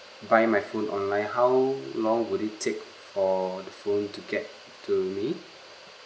buy my phone online how long would it take for the phone to get to me